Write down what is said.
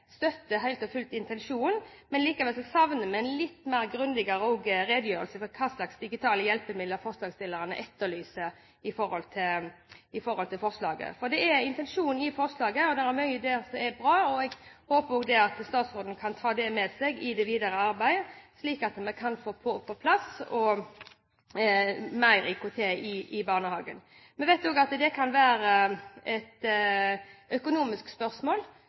støtter intensjonen i, men likevel savner vi en litt mer grundig redegjørelse for hva slags digitale hjelpemidler forslagsstillerne etterlyser i forslaget. For intensjonen i forslaget er god; det er mye der som er bra. Jeg håper at statsråden kan ta det med seg i det videre arbeid, slik at vi kan få mer bruk av IKT i barnehagen. Vi vet også at det kan være et økonomisk spørsmål.